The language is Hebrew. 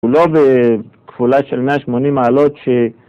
הוא לא בכפולה של 180 מעלות ש...